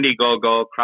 Indiegogo